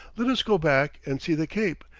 let us go back and see the cape,